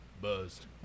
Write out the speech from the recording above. buzzed